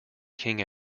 king